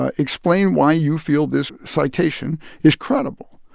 ah explain why you feel this citation is credible.